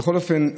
בכל אופן,